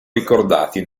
ricordati